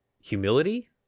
Humility